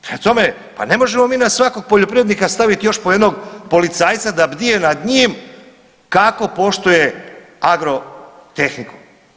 Prema tome, pa ne možemo mi na svakog poljoprivrednika staviti još po jednog policajca da bdije nad njim kako poštuje agrotehniku.